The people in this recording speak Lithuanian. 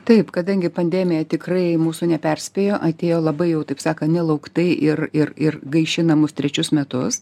taip kadangi pandemija tikrai mūsų neperspėjo atėjo labai jau taip sakan nelauktai ir ir ir gaišina mus trečius metus